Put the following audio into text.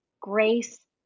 Grace